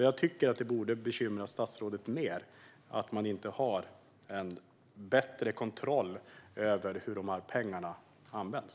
Jag tycker att det borde bekymra statsrådet mer att man inte har bättre kontroll över hur de här pengarna används.